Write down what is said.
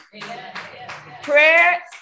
prayer